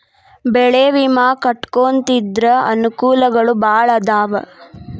ಬೆಳೆ ವಿಮಾ ಕಟ್ಟ್ಕೊಂತಿದ್ರ ಅನಕೂಲಗಳು ಬಾಳ ಅದಾವ